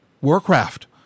Warcraft